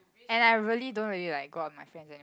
and I really don't really like go out with my friends anymore